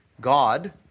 God